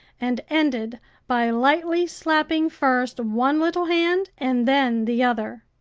and ended by lightly slapping first one little hand and then the other.